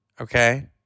Okay